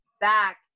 back